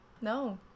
No